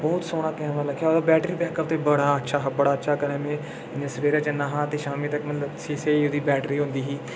बहुत सोह्ना कैमरा लग्गेआ ओह्दा बैटरी बैकअप बड़ा अच्छा हा बड़ा अच्छा हा ते में सवेरे जन्ना हा ते सेही ओह्दी बैटरी होंदी ही